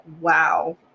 wow